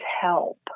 help